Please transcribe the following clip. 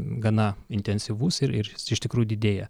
gana intensyvus ir ir iš tikrųjų didėja